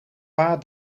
paar